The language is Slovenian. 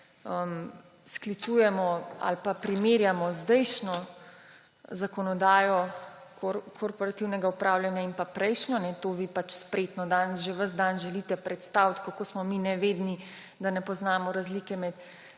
sklicujemo ali pa primerjamo z zdajšnjo zakonodajo korporativnega upravljanja in prejšnjo – vi pač spretno danes že ves dan želite predstaviti, kako smo mi nevedni, da ne poznamo razlike med